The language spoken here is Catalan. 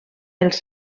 els